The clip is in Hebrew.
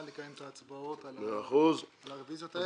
לקיים את ההצבעות על הרביזיות האלה,